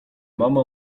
mama